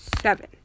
seven